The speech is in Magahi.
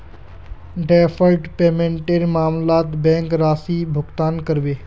डैफर्ड पेमेंटेर मामलत बैंक राशि भुगतान करबे